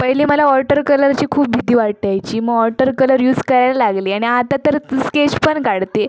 पहिले मला ऑटर कलरची खूप भीती वाटायची मग ऑटर कलर यूज करायला लागले आणि आता तर स्केच पण काढते